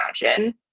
imagine